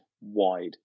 wide